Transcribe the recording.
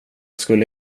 skulle